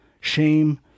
shame